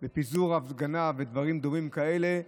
לפיזור הפגנה ודברים דומים כאלה,